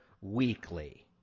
weekly